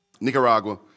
Nicaragua